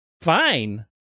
Fine